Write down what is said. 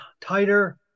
tighter